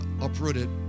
uprooted